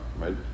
right